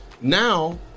Now